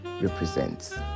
represents